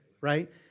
right